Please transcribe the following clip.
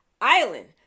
Island